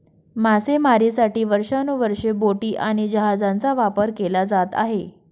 मासेमारीसाठी वर्षानुवर्षे बोटी आणि जहाजांचा वापर केला जात आहे